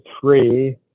three